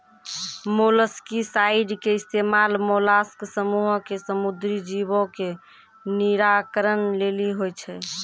molluscicide के इस्तेमाल mollusc समूहो के समुद्री जीवो के निराकरण लेली होय छै